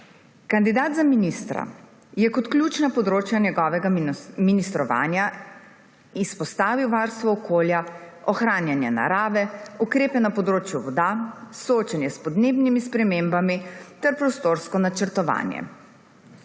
Kandidat za ministra je kot ključna področja njegovega ministrovanja izpostavil varstvo okolja, ohranjanje narave, ukrepe na področju voda, soočenje s podnebnimi spremembami ter prostorsko načrtovanje.